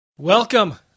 Welcome